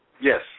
Yes